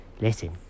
Listen